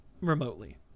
remotely